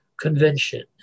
convention